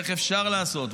איך אפשר לעשות,